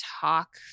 talk